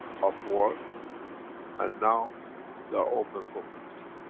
of war and now they're open for peace.